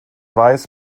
weiß